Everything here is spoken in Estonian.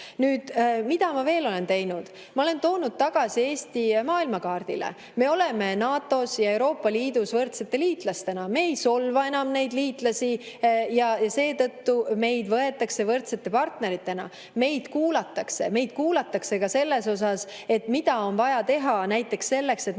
tekiks. Mida ma veel olene teinud? Ma olen Eesti toonud tagasi maailmakaardile. Me oleme NATO-s ja Euroopa Liidus võrdsete liitlastena, me ei solva enam neid liitlasi ja seetõttu meid võetakse võrdsete partneritena, meid kuulatakse. Meid kuulatakse ka selles osas, mida on vaja teha selleks, et